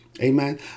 Amen